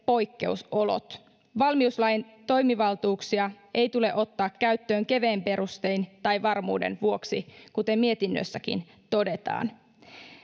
poikkeusolot valmiuslain toimivaltuuksia ei tule ottaa käyttöön kevein perustein tai varmuuden vuoksi kuten mietinnössäkin todetaan